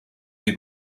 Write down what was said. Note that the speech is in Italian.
dei